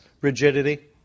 rigidity